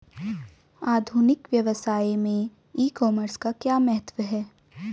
आधुनिक व्यवसाय में ई कॉमर्स का क्या महत्व है?